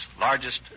largest